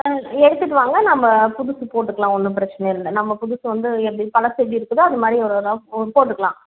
ஆ எடுத்துகிட்டு வாங்க நம்ம புதுசு போட்டுக்கலாம் ஒன்றும் பிரச்சனை இல்லை நம்ம புதுசு வந்து எப்படி பழசு எப்படி இருக்குதோ அதுமாதிரி ஒரு ஒரு ஆ போட்டுக்கலாம்